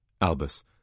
Albus